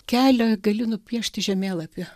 kelią gali nupiešti žemėlapy